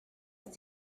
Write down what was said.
ist